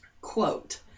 Quote